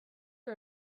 her